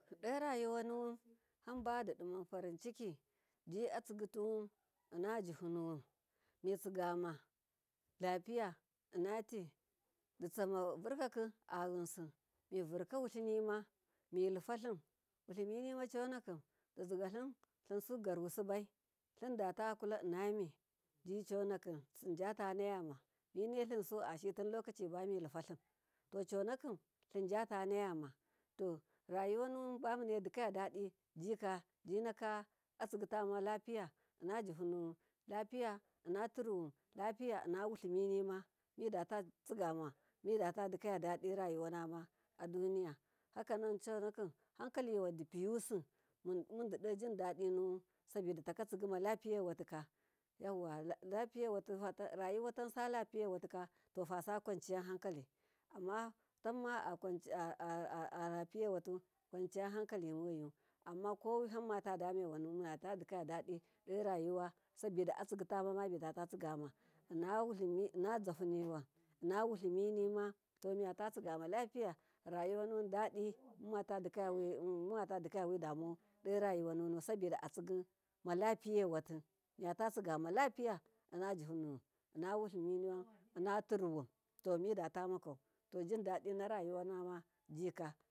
Dorayuwanuwun hambadiman fariciki ji atsigituwun inna jifunuwan mitsigama lapiya inna ti ditsamo vurkaki alimsu mivurka wulinima milufalim wulimi nimachonakim limsu gyarwasubai limdata kula innami jiconakimatanayama, mine amsu ashioyi tin lokaci bamiye lufalim tochonakim lim jatayama to rayuwanu bamun edika dadi jinaka atsi gituwun lapiya in jufunu lapiya inna turuwan lapiya inna wuliminima midata teigama, midatadikaya dadi rayuwunama aduniya hakanunde nakim hankaliwan dipiyusi mundi dojindadi nuwun sabodatakotsigi malapiye watika, rayuwa tansa lapiyewaatikani to fasawanciyan hankali amma tamma lapiyewatu kwanci yan hankalimoyi amma kowihammata damewa nu manatadikadadi dorayuwa sabida atsigita mamidatatsigama, inna wulimi inna zyahunima inna wuliminima to mi yatatsigama lapiya rayuwanu wun dadi mummatadikaoya widamuwau darayuwa nunu sabida atsigi malapiyewati miyatatsigama tapiya inna juhunuwun inna wuliminiwan innaturuwun midatamakau to jindadi naravuwanama jika.